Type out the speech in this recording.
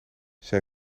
zij